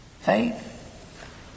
faith